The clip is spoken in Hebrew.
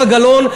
זהבה גלאון,